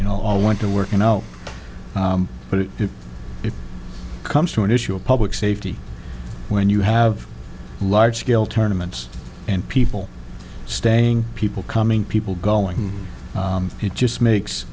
you know all want to work you know but if it comes to an issue of public safety when you have large scale tournaments and people staying people coming people going it just makes